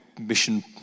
mission